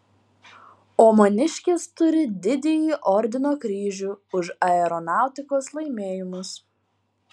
o maniškis turi didįjį ordino kryžių už aeronautikos laimėjimus